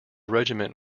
regiment